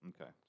Okay